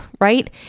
right